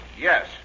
Yes